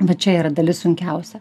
va čia yra dalis sunkiausia